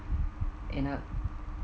you know